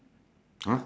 !huh!